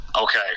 Okay